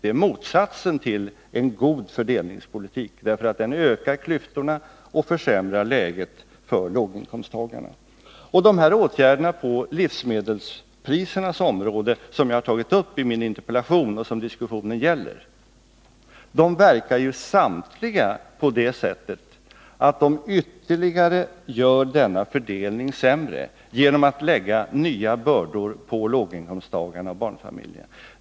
Det är motsatsen till en god fördelningspolitik, för det ökar klyftorna och försämrar läget för låginkomsttagarna. Åtgärderna på livsmedelsprisernas område, som jag har tagit upp i min interpellation och som diskussionen gäller, verkar ju samtliga på det sättet att de ytterligare gör fördelningen sämre genom att lägga nya bördor på låginkomsttagarna och barnfamiljerna.